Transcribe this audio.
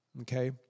Okay